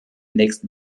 nächsten